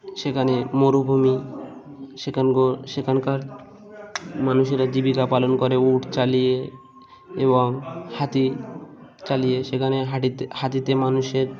সেখানে মরুভূমি সেখানকার মানুষেরা জীবিকা পালন করে উট চালিয়ে এবং হাতি চালিয়ে সেখানে হাতিতে মানুষের